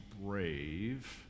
brave